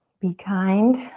be kind.